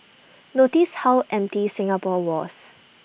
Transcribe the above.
notice how empty Singapore was